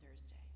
Thursday